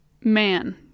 man